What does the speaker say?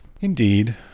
indeed